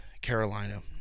Carolina